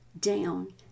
down